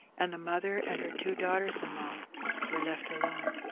and the mother and her two daughters-in-law were left alone.